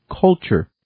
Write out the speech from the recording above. culture